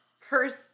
curse